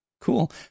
Cool